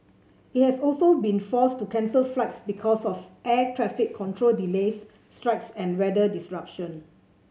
it has also been forced to cancel flights because of air traffic control delays strikes and weather disruption